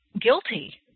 guilty